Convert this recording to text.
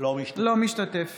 אינו משתתף